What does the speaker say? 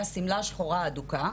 השמלה השחורה ההדוקה,